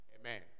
Amen